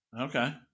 Okay